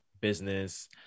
business